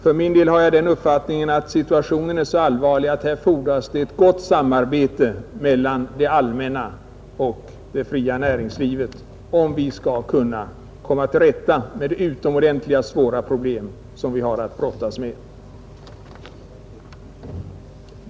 För min del har jag den uppfattningen att situationen är så allvarlig att det fordras ett gott samarbete mellan det allmänna och det fria näringslivet för att vi skall kunna komma till rätta med de utomordentligt svåra problem som vi har att brottas med.